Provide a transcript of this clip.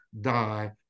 die